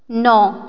ਨੌ